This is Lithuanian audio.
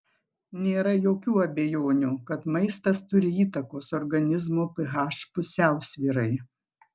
nėra jokių abejonių kad maistas turi įtakos organizmo ph pusiausvyrai